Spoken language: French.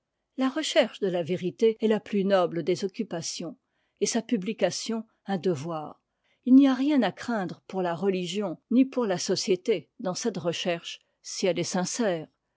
la recherche de la vérité est la plus noble des occupations et sa publication un devoir h n'y a rien à craindre pour la religion ni pour la société dans cette recherche si elle est sincère